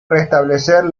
restablecer